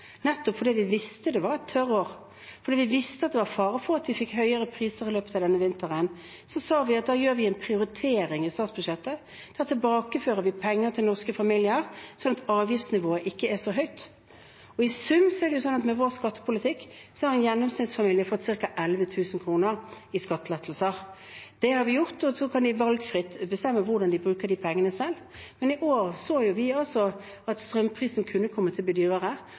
Nettopp fordi vi visste at det var et tørrår, fordi vi visste at det var fare for at vi fikk høyere priser i løpet av denne vinteren, sa vi at da gjør vi en prioritering i statsbudsjettet, da tilbakefører vi penger til norske familier, sånn at avgiftsnivået ikke blir så høyt. I sum er det sånn at med vår skattepolitikk har en gjennomsnittsfamilie fått ca. 11 000 kr i skattelettelser. Det har vi gitt dem, og så kan de selv bestemme hvordan de bruker de pengene. Men i år så vi at strømprisene kunne komme til å bli